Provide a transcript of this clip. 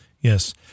Yes